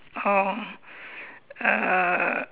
oh uh